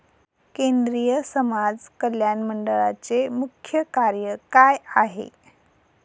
केंद्रिय समाज कल्याण मंडळाचे मुख्य कार्य काय आहे?